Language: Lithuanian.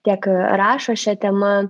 tiek rašo šia tema